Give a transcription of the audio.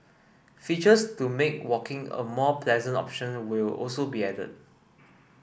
features to make walking a more pleasant option will also be added